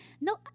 no